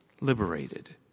liberated